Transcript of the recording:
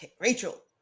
Rachel